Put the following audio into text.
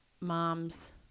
mom's